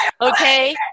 Okay